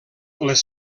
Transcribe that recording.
les